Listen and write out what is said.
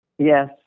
Yes